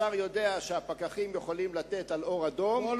השר יודע שהפקחים יכולים לתת על אור אדום,